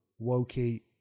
Wokey